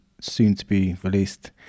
soon-to-be-released